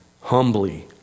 Humbly